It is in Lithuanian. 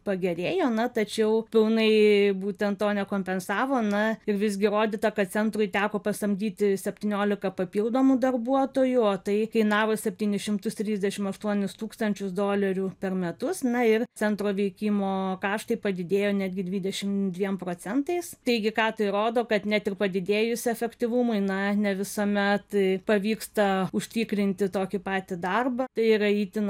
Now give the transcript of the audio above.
pagerėjo na tačiau pilnai būtent to nekompensavo na ir visgi įrodyta kad centrui teko pasamdyti septynioliką papildomų darbuotojų o tai kainavo septynis šimtus trisdešim aštuonis tūkstančius dolerių per metus na ir centro veikimo kaštai padidėjo netgi dvidešim dviem procentais taigi ką tai rodo kad net ir padidėjus efektyvumui na ne visuomet pavyksta užtikrinti tokį patį darbą tai yra itin